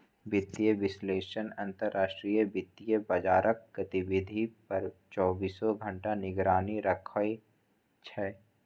वित्तीय विश्लेषक अंतरराष्ट्रीय वित्तीय बाजारक गतिविधि पर चौबीसों घंटा निगरानी राखै छै